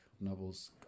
novels